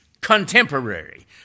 contemporary